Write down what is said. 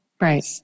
Right